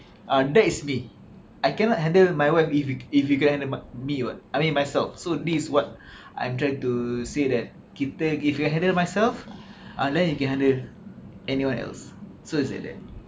uh that is me I cannot handle my wife if you if you can't handle me [what] I mean myself so this what I'm trying to say that kita if you handle myself unless you can handle anyone else so it's like that